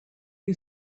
you